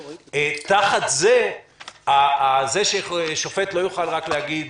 תחת זה, זה ששופט לא יוכל רק להגיד: